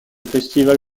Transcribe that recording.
festival